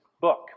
book